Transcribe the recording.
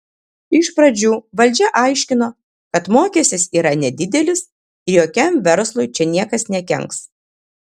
iš pradžių valdžia aiškino kad mokestis yra nedidelis ir jokiam verslui čia niekas nekenks